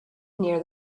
near